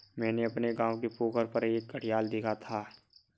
मैंने अपने गांव के पोखर पर एक घड़ियाल देखा था